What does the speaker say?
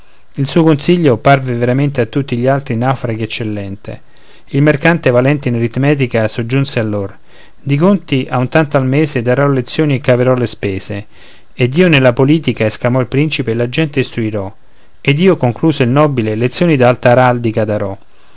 il suo consiglio parve veramente a tutti gli altri naufraghi eccellente il mercante valente in aritmetica soggiunse allor di conti a un tanto al mese darò lezioni e caverò le spese ed io nella politica esclamò il principe la gente instruirò ed io concluse il nobile lezioni d'alta araldica darò